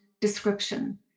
description